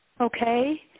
Okay